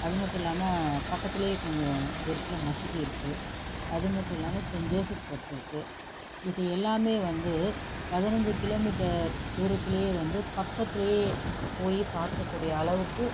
அதுமட்டும் இல்லாமல் பக்கத்துலேயே கொஞ்சம் தூரத்தில் மசூதி இருக்குது அது மட்டும் இல்லாமல் சென் ஜோசஃப் சர்ச் இருக்குது இது எல்லாமே வந்து பதினைஞ்சு கிலோ மீட்டர் தூரத்துலேயே வந்து பக்கத்துலேயே போய் பார்க்க கூடிய அளவுக்கு